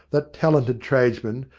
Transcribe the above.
that talented tradesman,